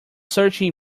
searching